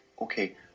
okay